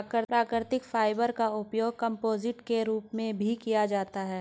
प्राकृतिक फाइबर का उपयोग कंपोजिट के रूप में भी किया जाता है